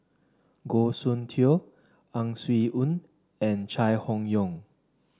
Goh Soon Tioe Ang Swee Aun and Chai Hon Yoong